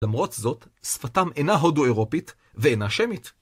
למרות זאת, שפתם אינה הודו-אירופית ואינה שמית.